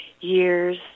years